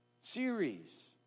series